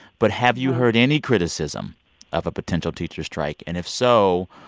but have you heard any criticism of a potential teacher strike? and if so,